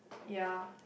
ya